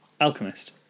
Alchemist